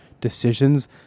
decisions